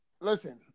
listen